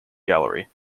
gallery